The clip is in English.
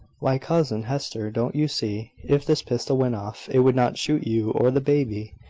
why, cousin hester, don't you see, if this pistol went off, it would not shoot you or the baby.